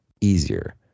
easier